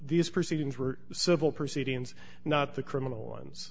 these proceedings were civil proceedings not the criminal ones